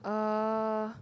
uh